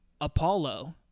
Apollo